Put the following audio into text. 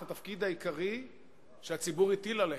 את התפקיד העיקרי שהציבור הטיל עליהן,